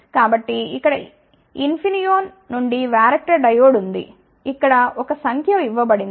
కాబట్టి ఇక్కడ ఇన్ఫినియోన్ నుండి వ్యారక్టర్ డయోడ్ ఉంది ఇక్కడ ఒక సంఖ్య ఇవ్వబడింది